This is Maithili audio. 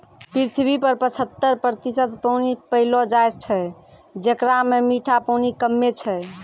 पृथ्वी पर पचहत्तर प्रतिशत पानी पैलो जाय छै, जेकरा म मीठा पानी कम्मे छै